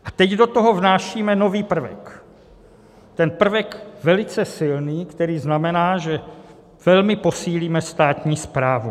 A teď do toho vnášíme nový prvek, ten prvek velice silný, který znamená, že velmi posílíme státní správu.